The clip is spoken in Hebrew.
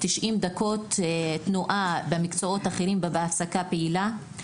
90 דקות של תנועה במקצועות אחרים ובהפסקה פעילה,